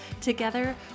Together